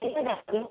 लेके जाएंगे